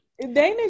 dana